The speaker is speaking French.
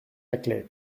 laclais